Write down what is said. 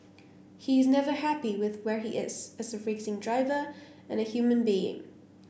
he is never happy with where he is as a racing driver and a human being